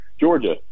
Georgia